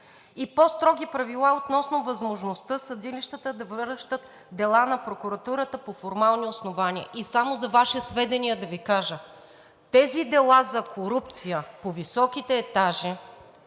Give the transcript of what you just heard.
и по-строги правила относно възможността съдилищата да връщат дела на прокуратурата по формални основания“. Само за Ваше сведение, да Ви кажа: тези дела за корупция по високите етажи